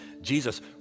Jesus